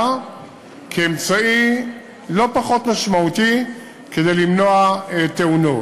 כאמצעי לא פחות משמעותי כדי למנוע תאונות.